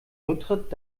rücktritt